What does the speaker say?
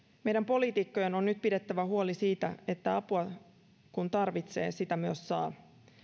meidän poliitikkojen on nyt pidettävä huoli siitä että apua kun tarvitsee sitä myös saa